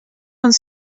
uns